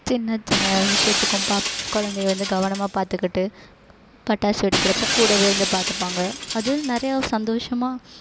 சின்ன சின்ன விஷயத்துக்கும் ப குழந்தைய வந்து கவனமாக பார்த்துக்கிட்டு பட்டாசு வெடிக்கிறப்போ கூடவே இருந்து பார்த்துப்பாங்க அது நிறையா சந்தோஷமாக